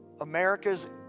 America's